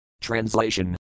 Translation